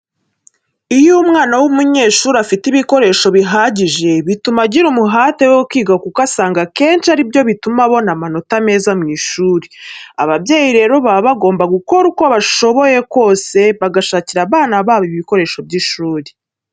Iyo umwana w'umunyeshuri afite ibikoresho bihagije bituma agira umuhate wo kwiga kuko usanga akenshi ari na byo bituma abona amanota meza mu ishuri. Ababyeyi rero baba bagomba gukora uko bashoboye kose bagashakira abana babo ibikoresho by'ishuri.